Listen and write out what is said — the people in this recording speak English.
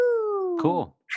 Cool